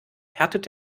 härtet